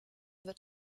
immer